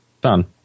Done